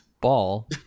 ...ball